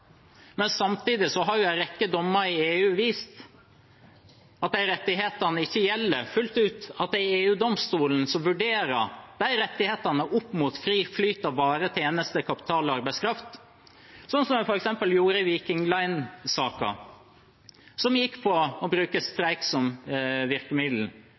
men samtidig har en rekke dommer i EU vist at de rettighetene ikke gjelder fullt ut, at det er EU-domstolen som vurderer de rettighetene opp mot fri flyt av varer og tjenester, kapital og arbeidskraft, slik en f.eks. gjorde i Viking Line-saken, som gikk på å bruke streik som virkemiddel,